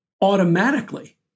automatically